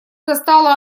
достала